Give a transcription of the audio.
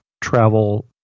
travel